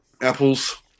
apples